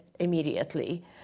Immediately